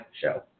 show